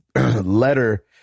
letter